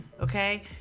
Okay